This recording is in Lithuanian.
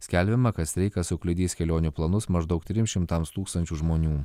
skelbiama kad streikas sukliudys kelionių planus maždaug trims šimtams tūkstančių žmonių